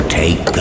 take